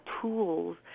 tools